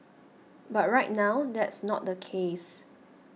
but right now that's not the case